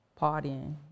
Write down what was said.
partying